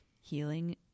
healing